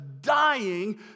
dying